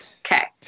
Okay